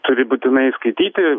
turi būtinai skaityti